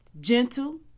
gentle